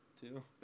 two